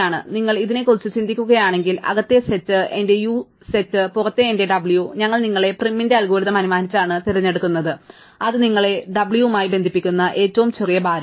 അതിനാൽ നിങ്ങൾ ഇതിനെക്കുറിച്ച് ചിന്തിക്കുകയാണെങ്കിൽ അകത്തെ സെറ്റ് എന്റെ u സെറ്റ് പുറത്ത് എന്റെ w ഞങ്ങൾ നിങ്ങളെ പ്രിമിൻറെ അൽഗോരിതം അനുമാനിച്ചാണ് തിരഞ്ഞെടുക്കുന്നത് അത് നിങ്ങളെ wവുമായി ബന്ധിപ്പിക്കുന്ന ഏറ്റവും ചെറിയ ഭാരം